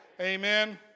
amen